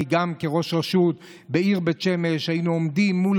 גם כראש רשות בעיר בית שמש היינו עומדים מול